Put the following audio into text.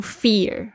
fear